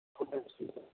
କ'ଣଟା ଅସୁବିଧା